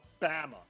Bama